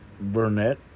Burnett